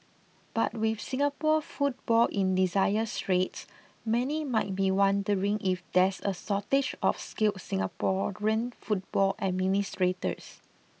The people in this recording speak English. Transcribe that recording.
but with Singapore football in desire straits many might be wondering if there's a shortage of skilled Singaporean football administrators